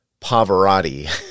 Pavarotti